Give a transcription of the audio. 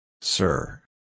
Sir